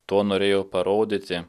tuo norėjo parodyti